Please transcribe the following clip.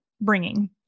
bringing